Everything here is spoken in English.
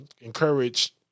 encourage